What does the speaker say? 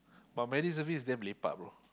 but my reservist damn lepak bro